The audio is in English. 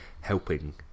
helping